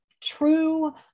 true